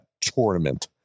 tournament